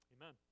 amen